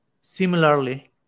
Similarly